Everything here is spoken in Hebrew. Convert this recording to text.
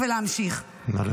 ולהמשיך, ולהמשיך.